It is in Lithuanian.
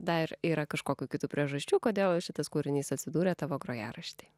dar yra kažkokių kitų priežasčių kodėl šitas kūrinys atsidūrė tavo grojaraštyje